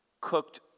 cooked